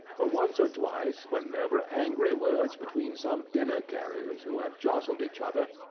for once or twice when there were angry words between some dinner-carriers who had jostled each other,